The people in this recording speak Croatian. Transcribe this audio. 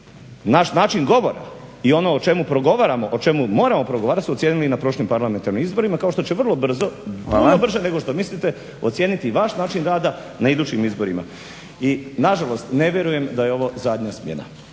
naš način govora i ono o čemu progovaramo o čemu moramo progovarati su ocijenili na prošlim parlamentarnim izborima kao što će vrlo brzo … /Upadica: Hvala./ … puno brže nego što mislite ocijeniti i naš način rada na idućim izborima. I nažalost, ne vjerujem da je ovo zadnja smjena